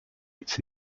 its